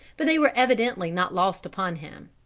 but they were evidently not lost upon him.